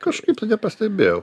kažkaip tai nepastebėjau